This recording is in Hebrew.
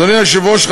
אדוני היושב-ראש,